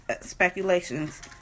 speculations